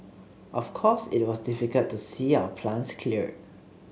of course it was difficult to see our plants cleared